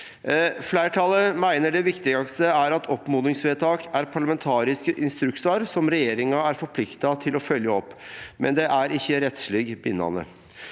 «Fleirtalet meiner det viktigaste er at oppmodingsvedtak er parlamentariske instruksar som regjeringa er forplikta til å følgje opp, men dei er ikkje rettsleg bindande.»